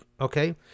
Okay